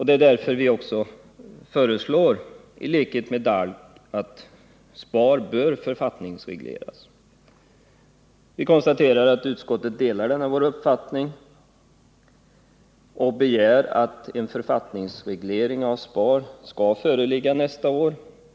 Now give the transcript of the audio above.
Det är därför vi också föreslår, i likhet med DALK, att SPAR skall författningsregleras. Vi konstaterar att utskottet delar denna vår uppfattning och begär att en författningsreglering av SPAR skall föreligga nästa år.